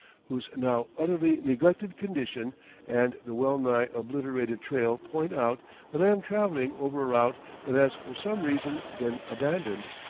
whose now utterly neglected condition and the well-nigh obliterated trail point out that i am travelling over a route that has for some reason been abandoned.